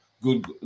good